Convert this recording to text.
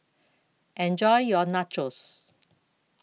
Enjoy your Nachos